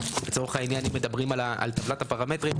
לצורך העניין אם מדברים על טבלת הפרמטרים,